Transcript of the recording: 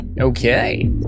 Okay